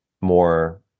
more